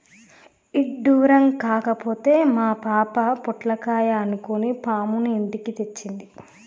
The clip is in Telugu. ఇడ్డురం కాకపోతే మా పాప పొట్లకాయ అనుకొని పాముని ఇంటికి తెచ్చింది